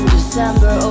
December